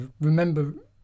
remember